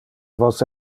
vos